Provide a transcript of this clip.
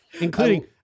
Including